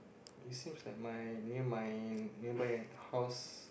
it seems like my near my nearby house